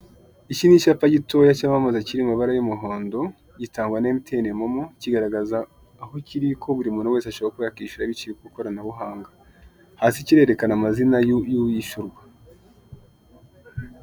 Iki ni icyapa gitoya cya mamaza kiri mu mabara y'umuhondo gitangwa na Mtn momo kigaragaza aho kiri ko buri muntu wese ashobora kuba yakishyura biciye ku ikoranabuhanga hasi kirerekana amazina yuwishyurwa.